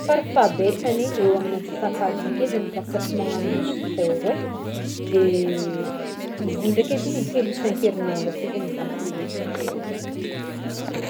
Farafahabetsany, eo amin'ny antsasakadiny ake za kô fô efa magnagno sport e, de izy i ndraiky edy intelo isan-kerinandro ake zegny zho magnagno sport.